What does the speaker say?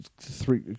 three